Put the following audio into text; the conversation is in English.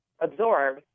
absorb